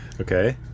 Okay